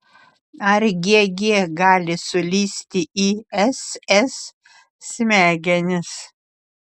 ar g g gali sulįsti į s s smegenis